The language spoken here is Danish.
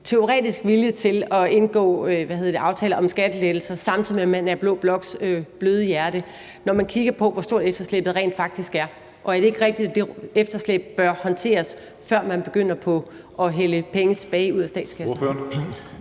teoretisk vilje til at indgå aftaler om skattelettelser, samtidig med at man er blå bloks bløde hjerte, altså når man kigger på, hvor stort efterslæbet rent faktisk er? Og er det ikke rigtigt, at det efterslæb bør håndteres, før man begynder på at hælde penge tilbage ud af statskassen?